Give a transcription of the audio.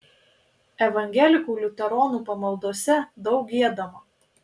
evangelikų liuteronų pamaldose daug giedama